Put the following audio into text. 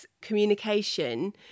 communication